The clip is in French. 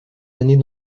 années